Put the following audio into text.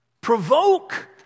Provoke